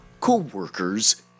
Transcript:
co-workers